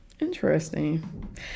Interesting